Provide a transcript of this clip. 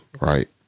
right